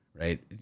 right